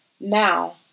Now